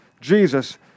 Jesus